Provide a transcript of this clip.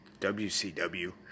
WCW